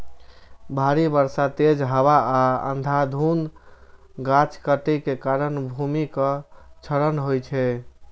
भारी बर्षा, तेज हवा आ अंधाधुंध गाछ काटै के कारण भूमिक क्षरण होइ छै